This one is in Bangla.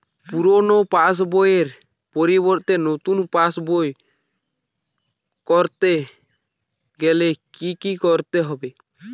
পুরানো পাশবইয়ের পরিবর্তে নতুন পাশবই ক রতে গেলে কি কি করতে হবে?